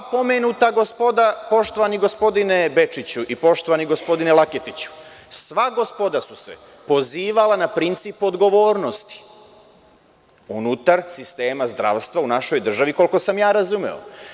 Sva pomenuta gospoda, poštovani gospodine Bečiću i poštovani gospodine Laketiću, sva gospoda su se pozivala na princip odgovornosti unutar sistema zdravstva u našoj državi, koliko sam ja razumeo.